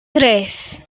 tres